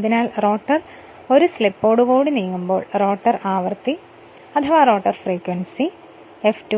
അതിനാൽ റോട്ടർ ഒരു സ്ലിപ്പോടുകൂടി നീങ്ങുമ്പോൾ റോട്ടർ ആവൃത്തി F2